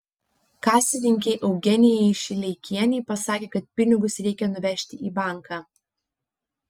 kasininkei eugenijai šileikienei pasakė kad pinigus reikia nuvežti į banką